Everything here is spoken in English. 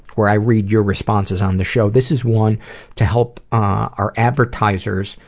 where i read your responses on the show. this is one to help our advertisers,